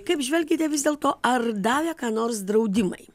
kaip žvelgiate vis dėl to ar davė ką nors draudimai